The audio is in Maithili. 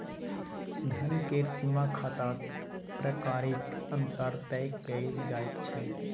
धन केर सीमा खाताक प्रकारेक अनुसार तय कएल जाइत छै